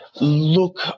Look